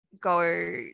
go